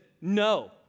no